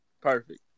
perfect